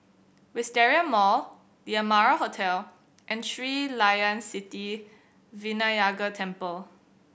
Wisteria Mall The Amara Hotel and Sri Layan Sithi Vinayagar Temple